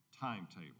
timetable